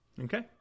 Okay